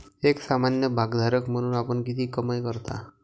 एक सामान्य भागधारक म्हणून आपण किती कमाई करता?